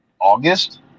August